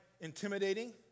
intimidating